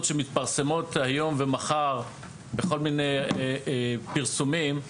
שמתפרסמות היום ומחר בכל מיני פרסומים,